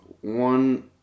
one